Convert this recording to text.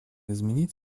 изменить